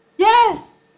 Yes